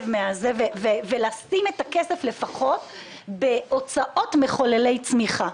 ולשים את הכסף לפחות בהוצאות מחוללי צמיחה.